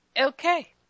Okay